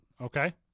okay